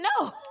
No